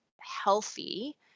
healthy